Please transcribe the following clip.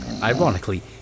Ironically